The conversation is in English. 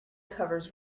covers